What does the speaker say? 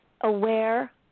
aware